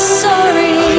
sorry